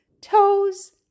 toes